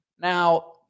Now